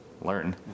learn